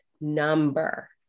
number